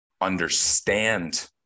understand